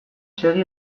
segi